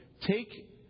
take